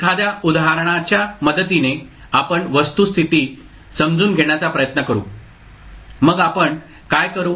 एखाद्या उदाहरणाच्या मदतीने आपण वस्तुस्थिती समजून घेण्याचा प्रयत्न करू मग आपण काय करू